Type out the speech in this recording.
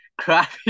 crappy